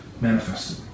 manifested